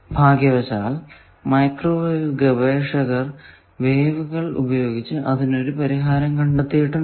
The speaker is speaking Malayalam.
ഭാഗ്യവശാൽ മൈക്രോവേവ് ഗവേഷകർ വേവുകൾ ഉപയോഗിച്ച് അതിനൊരു പരിഹാരം കണ്ടെത്തിയിട്ടുണ്ട്